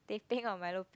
teh-peng or milo-peng